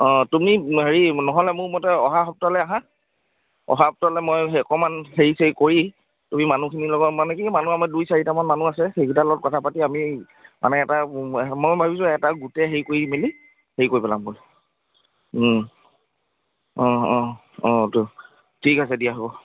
অঁ তুমি হেৰি নহ'লে মোৰ মতে অহা সপ্তাহলৈ আহা অহা সপ্তাহলৈ মই অকণমান হেৰি চেৰি কৰি তুমি মানুহখিনিৰ লগত মানে কি মানুহ আমাৰ দুই চাৰিটামান মানুহ আছে সেইকেইটা লগত কথা পাতি আমি মানে এটা মই ভাবিছোঁ এটা গোটেই হেৰি কৰি মেলি হেৰি কৰি পেলাম বুলি অঁ অঁ অঁ তো ঠিক আছে দিয়া হ'ব